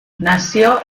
nació